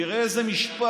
תראה איזה משפט.